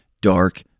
dark